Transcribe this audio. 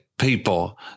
people